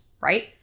right